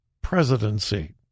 presidency